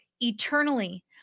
eternally